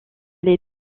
les